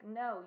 no